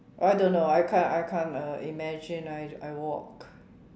I don't know I can't I can't uh imagine I I walk